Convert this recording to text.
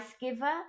giver